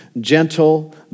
gentle